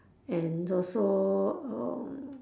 and also um